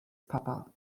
pobl